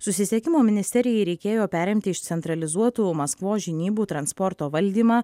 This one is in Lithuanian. susisiekimo ministerijai reikėjo perimti iš centralizuotų maskvos žinybų transporto valdymą